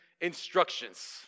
instructions